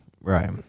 Right